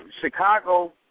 Chicago